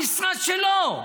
המשרד שלו,